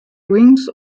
wings